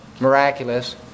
miraculous